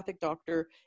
doctor